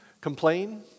Complain